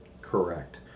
correct